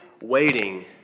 waiting